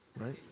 right